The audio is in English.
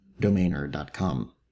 Domainer.com